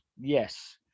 yes